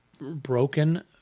broken